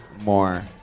more